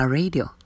Radio